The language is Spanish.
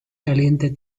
caliente